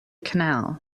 canal